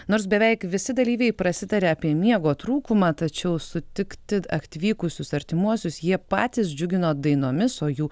nors beveik visi dalyviai prasitarė apie miego trūkumą tačiau sutikti atvykusius artimuosius jie patys džiugino dainomis o jų